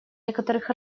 некоторых